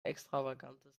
extravagantes